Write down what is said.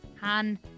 Han